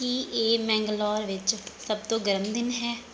ਕੀ ਇਹ ਮੈਂਗਲੋਰ ਵਿੱਚ ਸਭ ਤੋਂ ਗਰਮ ਦਿਨ ਹੈ